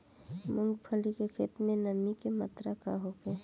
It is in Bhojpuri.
मूँगफली के खेत में नमी के मात्रा का होखे?